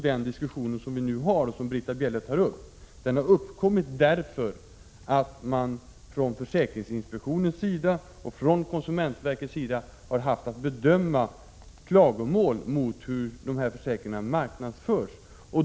Den diskussion som Britta Bjelle tar upp har uppkommit därför att man från försäkringsinspektionens och konsumentverkets sida har haft att bedöma klagomål om hur dessa försäkringar marknadsförs.